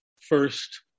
first